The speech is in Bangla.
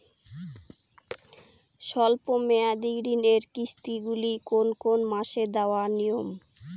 স্বল্প মেয়াদি ঋণের কিস্তি গুলি কোন কোন মাসে দেওয়া নিয়ম?